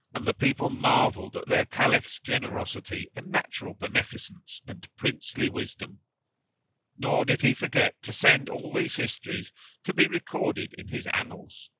and the people marvelled at their caliph's generosity and natural beneficence and princely widsom nor did he forget to send all these histories to be recorded in his annals.